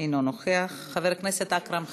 אינו נוכח, חבר הכנסת אכרם חסון,